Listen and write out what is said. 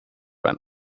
einen